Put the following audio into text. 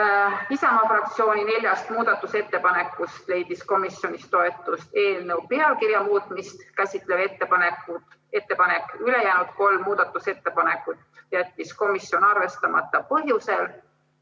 Isamaa fraktsiooni neljast muudatusettepanekust leidis komisjonis toetust eelnõu pealkirja muutmist käsitlev ettepanek. Ülejäänud kolm muudatusettepanekut jättis komisjon arvestamata põhjusel,